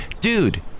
Dude